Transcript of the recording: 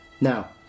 now